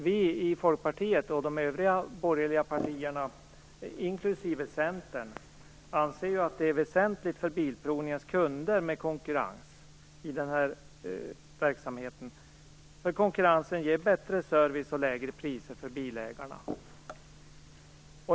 Vi i Folkpartiet och de övriga borgerliga partierna, inklusive Centern, anser att det är väsentligt för bilprovningens kunder att det finns konkurrens i den här verksamheten. Konkurrensen ger bättre service och lägre priser för bilägarna.